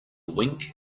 wink